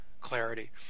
clarity